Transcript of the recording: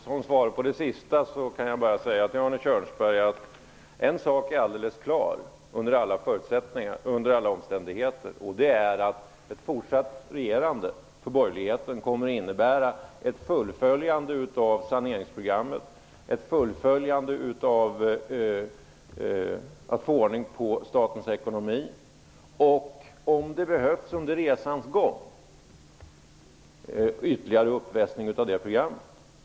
Som svar på det sista kan jag bara säga till Arne Kjörnsberg att en sak är alldeles klar under alla omständigheter: Ett fortsatt regerande för borgerligheten kommer att innebära ett fullföljande av saneringsprogrammet, ett fullföljande av arbetet med att få ordning på statens ekonomi och -- om det behövs -- en ytterligare vässning av det programmet under resans gång.